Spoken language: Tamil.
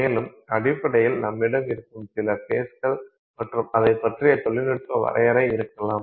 மேலும் அடிப்படையில் நம்மிடம் இருக்கும் சில ஃபேஸ்கள் மற்றும் அதைப் பற்றிய தொழில்நுட்ப வரையறை இருக்கலாம்